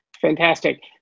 Fantastic